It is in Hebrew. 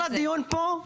כל הדיון פה,